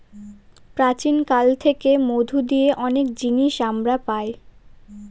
প্রাচীন কাল থেকে মধু দিয়ে অনেক জিনিস আমরা পায়